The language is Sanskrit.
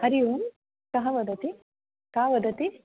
हरिः ओं कः वदति का वदति